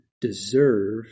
deserve